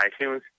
iTunes